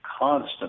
constant